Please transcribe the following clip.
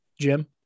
Jim